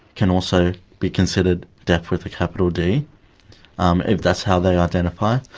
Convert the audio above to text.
can also be considered deaf with a capital d um if that's how they identify.